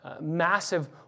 massive